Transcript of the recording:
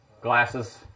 glasses